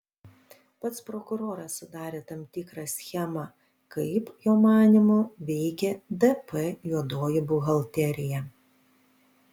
pats prokuroras sudarė tam tikrą schemą kaip jo manymu veikė dp juodoji buhalterija